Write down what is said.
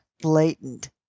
blatant